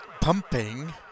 Pumping